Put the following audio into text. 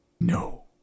No